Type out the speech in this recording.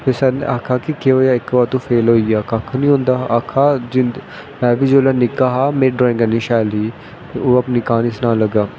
ते सर नै आक्खेआ कि केह् होइया तूं इक बारी फेल होईया ते कक्ख नी होंदा में बी जिसलै निक्का हा मेरी ड्राईंग इन्नी शैल ही ते ओह् मिगी अपनी कहानी सनान लगा